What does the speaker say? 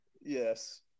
Yes